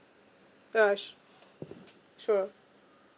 ya sure sure